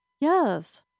Yes